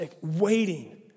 waiting